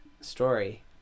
Story